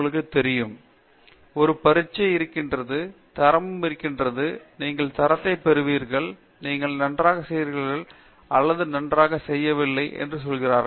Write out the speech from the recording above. ஏனெனில் இந்த ஆராய்ச்சிக் குறிப்பு மிகவும் கடினமானதாக இருப்பதால் நிச்சயமாக ஒரு வேலை இருக்கிறது ஒரு பரீட்சை இருக்கிறது தரமும் இருக்கிறது நீங்கள் தரத்தை பெறுவீர்கள் நீங்கள் நன்றாகச் செய்திர்கள் அல்லது நன்றாகச் செய்யவில்லை என்று சொல்கிறார்கள்